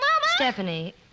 Stephanie